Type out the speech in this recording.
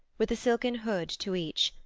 with a silken hood to each,